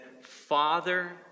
Father